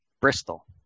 Bristol